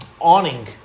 awning